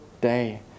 day